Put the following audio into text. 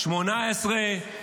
2018,